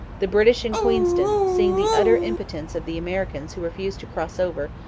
the british in queenston, seeing the utter impotence of the americans who refused to cross over,